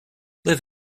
live